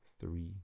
three